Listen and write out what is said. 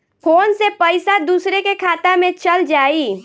Phone से पईसा दूसरे के खाता में चल जाई?